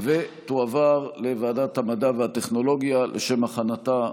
לוועדת המדע והטכנולוגיה נתקבלה.